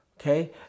Okay